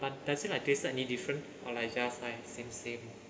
but does it like tasted any different or like just like same same